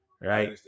right